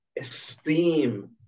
esteem